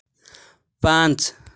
ପାଞ୍ଚ